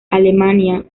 alemania